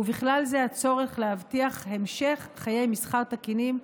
ובכלל זה הצורך להבטיח המשך חיי מסחר תקינים,